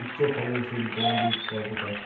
উচ্চ ফলন সিল গম বীজ কয় প্রকার হয়?